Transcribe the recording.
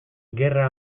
gerra